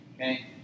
Okay